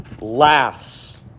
laughs